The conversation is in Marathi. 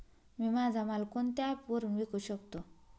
मी माझा माल कोणत्या ॲप वरुन विकू शकतो?